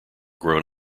grown